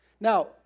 Now